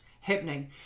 happening